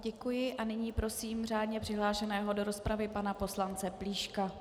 Děkuji a nyní prosím řádně přihlášené do rozpravy pana poslance Plíška.